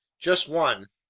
just one.